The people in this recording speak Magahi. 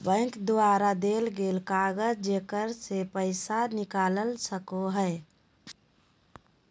बैंक द्वारा देल गेल कागज जेकरा से पैसा निकाल सको हइ